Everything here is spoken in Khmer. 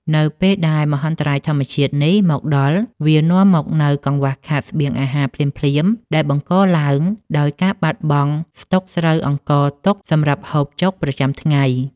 នៅពេលដែលមហន្តរាយធម្មជាតិនេះមកដល់ វានាំមកនូវកង្វះខាតស្បៀងអាហារភ្លាមៗ ដែលបង្កឡើងដោយការបាត់បង់ស្តុកស្រូវអង្ករទុកសម្រាប់ហូបចុកប្រចាំគ្រួសារ។